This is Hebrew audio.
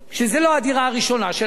וזו לא הדירה הראשונה שלהם,